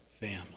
family